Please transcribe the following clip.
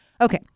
Okay